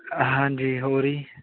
ਹਾਂਜੀ ਹੋਰ ਜੀ